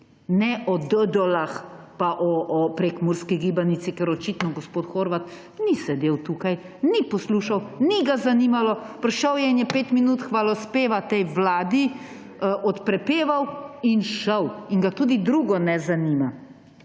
ne o dodolah pa o prekmurski gibanici, ker očitno gospod Horvat ni sedel tukaj, ni poslušal, ni ga zanimalo, prišel je in je pet minut hvalospeva tej vladi odprepeval in šel. In ga tudi drugo ne zanima.